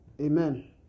Amen